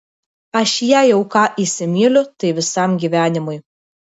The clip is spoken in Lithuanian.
aš jei jau ką įsimyliu tai visam gyvenimui